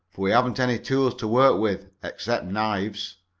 for we haven't any tools to work with, except knives.